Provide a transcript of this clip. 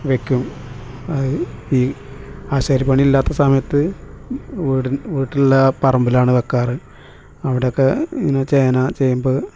വെക്കും ഈ ആശാരിപ്പണി ഇല്ലാത്ത സമയത്ത് വീടിൻ വീട്ടിലുള്ള പറമ്പിലാണ് വെക്കാറ് അവിടൊക്കെ ഇങ്ങനെ ചേന ചേമ്പ്